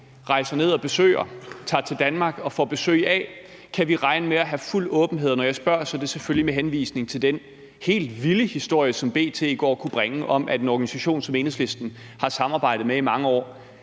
rejser ned og besøger og får besøg af i Danmark. Kan vi regne med at have fuld åbenhed? Når jeg spørger, er det selvfølgelig med henvisning til den helt vilde historie, som B.T. i går kunne bringe om, at en organisation, som Enhedslisten har samarbejdet med i mange år,